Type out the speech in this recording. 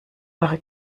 eure